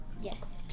Yes